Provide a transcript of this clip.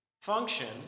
function